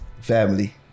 family